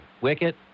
Wicket